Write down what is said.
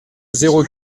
zéro